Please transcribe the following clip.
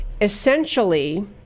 Essentially